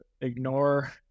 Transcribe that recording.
ignore